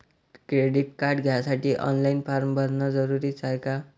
Credit card घ्यासाठी online form भरन जरुरीच हाय का?